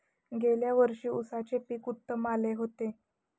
गेल्या वर्षी उसाचे पीक उत्तम आले होते